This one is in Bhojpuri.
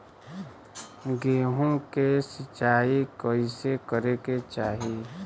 गेहूँ के सिंचाई कइसे करे के चाही?